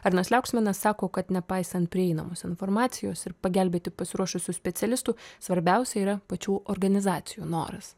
arnas liauksminas sako kad nepaisant prieinamos informacijos ir pagelbėti pasiruošusius specialistų svarbiausia yra pačių organizacijų noras